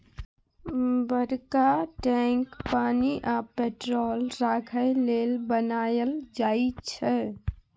बरका टैंक पानि आ पेट्रोल राखय लेल बनाएल जाई छै